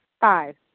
Five